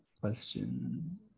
question